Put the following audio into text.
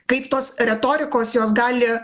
kaip tos retorikos jos gali